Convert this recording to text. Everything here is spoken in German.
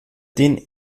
den